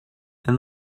and